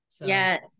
Yes